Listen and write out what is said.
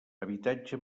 habitatge